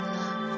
love